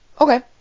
Okay